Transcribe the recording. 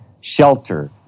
shelter